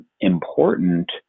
Important